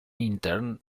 intern